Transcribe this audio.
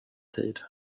tid